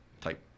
type